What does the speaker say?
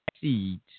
seeds